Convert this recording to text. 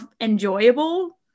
enjoyable